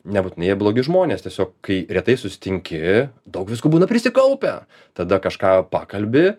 nebūtinai jie blogi žmonės tiesiog kai retai susitinki daug visko būna prisikaupę tada kažką pakalbi